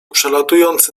przelatujący